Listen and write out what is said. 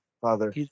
Father